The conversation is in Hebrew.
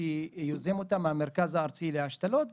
שיוזם אותן המרכז הארצי להשתלות.